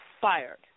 fired